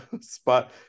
spot